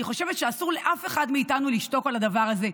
אני חושבת שאסור לאף אחד מאיתנו לשתוק על הדבר הזה.